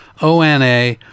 ONA